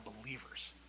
believers